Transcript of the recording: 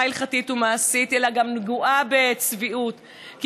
הלכתית ומעשית אלא גם נגועה בצביעות,